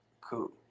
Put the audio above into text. Cool